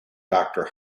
doctor